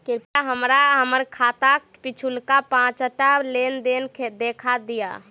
कृपया हमरा हम्मर खाताक पिछुलका पाँचटा लेन देन देखा दियऽ